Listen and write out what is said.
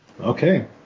Okay